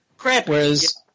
Whereas